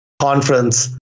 conference